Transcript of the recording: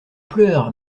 pleure